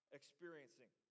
experiencing